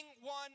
one